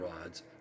rods